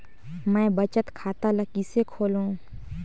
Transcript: मैं बचत खाता ल किसे खोलूं?